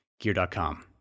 Gear.com